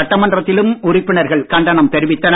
சட்டமன்றத்திலும் உறுப்பினர்கள் கண்டனம் தெரிவித்தனர்